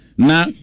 now